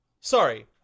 Sorry